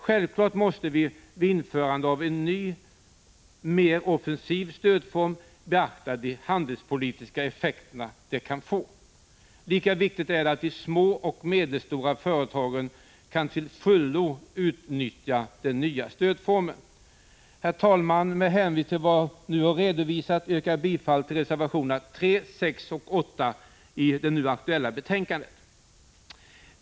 Självfallet måste vi vid införande av en ny mer offensiv stödform beakta de handelspolitiska effekter detta stöd kan få. Lika viktigt är att de små och medelstora företagen kan till fullo utnyttja den nya stödformen. Herr talman! Med hänvisning till vad jag nu har redovisat yrkar jag bifall till reservationerna 3, 6 och 8 i det nu aktuella betänkandet.